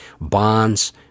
bonds